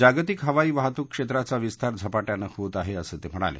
जागतिक हवाई वाहतूक क्षेत्राचा विस्तार झपाट्यानं होत आहे असं ते म्हणाले